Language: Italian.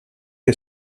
che